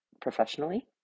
professionally